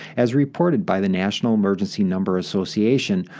as reported by the national emergency number association,